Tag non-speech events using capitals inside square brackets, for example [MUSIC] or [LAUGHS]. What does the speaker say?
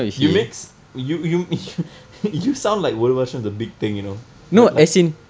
you makes you you [LAUGHS] you you sound like ஒரு வருடம்:oru varudam is a big thing you know but like